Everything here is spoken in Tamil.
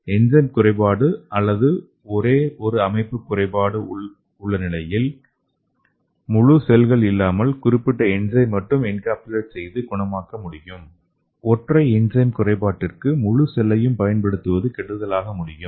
என்சைம் குறைபாடு அல்லது ஒரே ஒரு அமைப்பு குறைபாடு உள்ள நிலையில் முழு செல்கள் இல்லாமல் குறிப்பிட்ட என்சைம் மட்டும் என்கேப்சுலேட் செய்து குணமாக்க முடியும் ஒற்றை என்சைம் குறைபாட்டிற்கு முழு செல்லையும் பயன்படுத்துவது கெடுதலாக முடியும்